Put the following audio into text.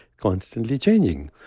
constantly changing,